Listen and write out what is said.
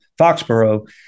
Foxborough